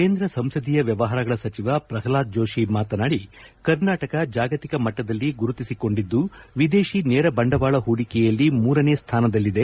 ಕೇಂದ್ರ ಸಂಸದೀಯ ವ್ಯವಹಾರಗಳ ಸಚಿವ ಪ್ರಲ್ಹಾದ್ ಜೋಶಿ ಮಾತನಾಡಿ ಕರ್ನಾಟಕ ಜಾಗತಿಕ ಮಟ್ಟದಲ್ಲಿ ಗುರುತಿಸಿಕೊಂಡಿದ್ದು ವಿದೇಶಿ ನೇರ ಬಂಡವಾಳ ಪೂಡಿಕೆಯಲ್ಲಿ ಮೂರನೇ ಸ್ಥಾನದಲ್ಲಿದೆ